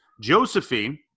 Josephine